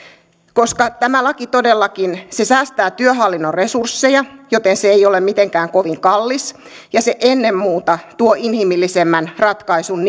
koska tämä laki todellakin säästää työhallinnon resursseja joten se ei ole mitenkään kovin kallis ja se ennen muuta tuo inhimillisemmän ratkaisun